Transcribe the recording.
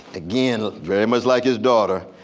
again, very much like his daughter,